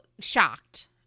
shocked